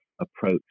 approach